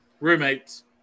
Roommates